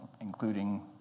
including